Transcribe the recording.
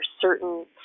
certain